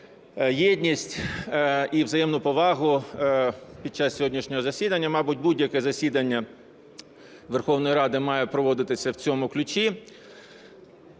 єдність і взаємну повагу під час сьогоднішнього засідання. Мабуть, будь-яке засідання Верховної Ради має проводитися в цьому ключі.